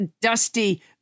dusty